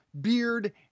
beard